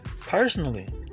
personally